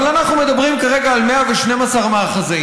אבל אנחנו מדברים כרגע על 112 מאחזים,